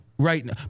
Right